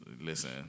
Listen